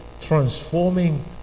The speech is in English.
transforming